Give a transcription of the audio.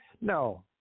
No